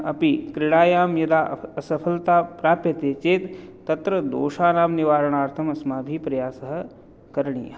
अपि क्रीडायां यदा अ असफलता प्राप्यते चेत् तत्र दोषाणां निवारणार्थम् अस्माभिः प्रयासः करणीयः